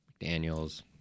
McDaniels